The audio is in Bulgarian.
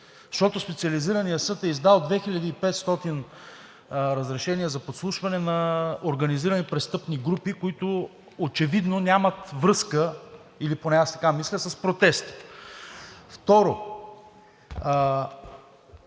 Защото Специализираният съд е издал 2500 разрешения за подслушване на организирани престъпни групи, които очевидно нямат връзка, или поне аз така мисля, с протестите. Второ,